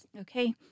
Okay